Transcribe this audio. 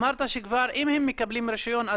אמרת שכבר אם הם מקבלים רישיון,